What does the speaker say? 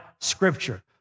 Scripture